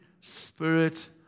Spirit